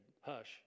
hush